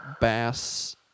bass